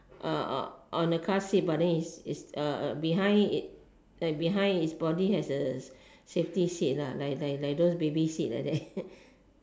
on the car seat but then it's behind behind it's body has a safety seat lah like like like those baby seat like that